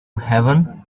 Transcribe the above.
heaven